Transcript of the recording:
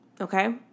Okay